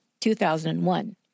2001